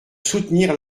soutenir